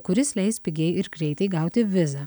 kuris leis pigiai ir greitai gauti vizą